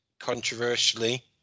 controversially